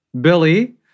Billy